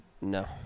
No